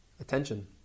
attention